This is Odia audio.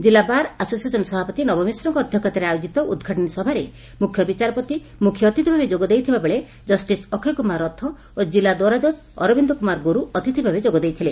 ଜିଲା ବାର ଆସୋସିଏସନ ସଭାପତି ନବ ମିଶ୍ରଙ୍କ ଅଧ୍ଧକ୍ଷତାରେ ଆୟୋଜିତ ଉଦ୍ଘାଟନୀ ସଭାରେ ମୁଖ୍ୟ ବିଚାରପତି ମୁଖ୍ୟଅତିଥି ଭାବେ ଯୋଗ ଦେଇଥିବା ବେଳେ ଜଷ୍ଟିସ ଅକ୍ଷୟ କୁମାର ରଥ ଓ ଜିଲା ଦୌରା ଜଜ୍ ଅରବିନ୍ଦ କୁମାର ଗୁରୁ ଅତିଥଭାବେ ଯୋଗ ଦେଇଥିଲେ